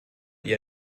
ihr